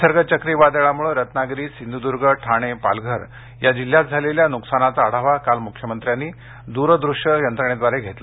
निसर्ग चक्रीवादळामुळे रत्नागिरी सिंधूदुर्ग ठाणे पालघर या जिल्ह्यात झालेल्या नुकसानीचा आढावा काल मुख्यमंत्र्यांनी दूरदृश्य यंत्रणेद्वारे घेतला